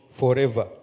forever